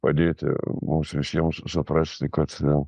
padėti mums visiems suprasti kad